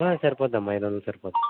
సరిపోద్దమ్మా ఐదు వందలు సరిపోద్ది